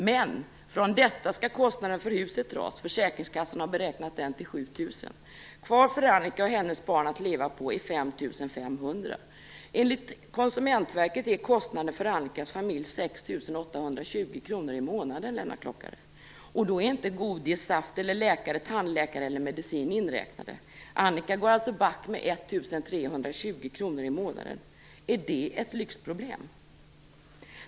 Men från detta skall kostnaden för huset dras - försäkringskassan har beräknat den till 7 000 kr. Kvar för Annika och hennes barn att leva på är 5 500 kr. Enligt Konsumentverket är kostnaden för Och då är inte godis, saft, läkare, tandläkare eller medicin inräknade. Annika går alltså back med 1 320 kr i månaden. Är detta ett lyxproblem?